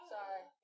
Sorry